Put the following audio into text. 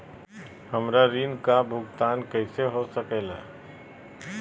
हमरा ऋण का भुगतान कैसे हो सके ला?